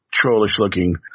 trollish-looking